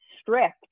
strict